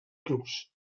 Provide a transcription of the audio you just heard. clubs